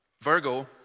Virgo